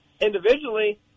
individually